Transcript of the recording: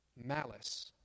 Malice